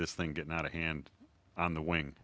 this thing getting out of hand on the wing